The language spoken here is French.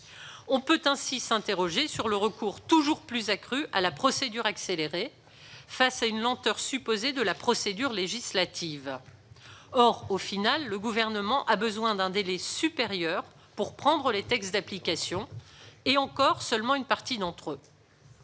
On peut ainsi s'interroger sur le recours toujours plus accru à cette procédure accélérée, face à une lenteur supposée de la procédure législative : en définitive, le Gouvernement a besoin d'un délai supérieur pour prendre les textes d'application- et encore, il publie seulement une partie des textes